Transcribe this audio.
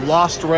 Lost